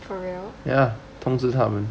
for real